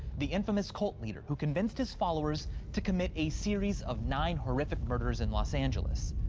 the infamous cult leader who convinced his followers to commit a series of nine horrific murders in los angeles.